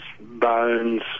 bones